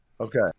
Okay